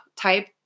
type